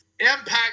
Impact